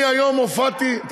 אני היום הופעתי, אתה מדבר מידיעה?